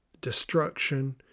destruction